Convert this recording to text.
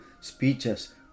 speeches